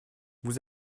vous